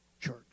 church